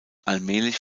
allmählich